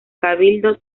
cabildo